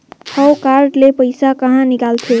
हव कारड ले पइसा कहा निकलथे?